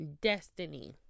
Destiny